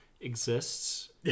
exists